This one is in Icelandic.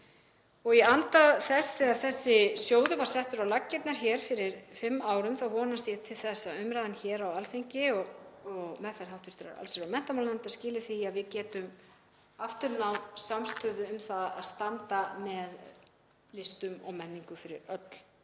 Í anda þess þegar þessi sjóður var settur á laggirnar fyrir fimm árum þá vonast ég til þess að umræðan hér á Alþingi og meðferð hv. allsherjar- og menntamálanefndar skili því að við getum aftur náð samstöðu um að standa með listum og menningu fyrir öll